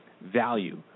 value